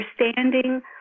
understanding